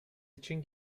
için